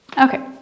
Okay